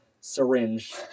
syringe